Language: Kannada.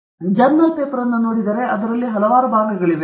ಈಗ ನೀವು ಜರ್ನಲ್ ಪೇಪರ್ ಅನ್ನು ನೋಡಿದರೆ ಅದರಲ್ಲಿ ಹಲವಾರು ಭಾಗಗಳಿವೆ